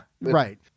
right